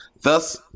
thus